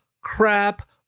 crap